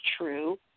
true